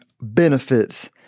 benefits